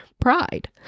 pride